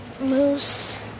moose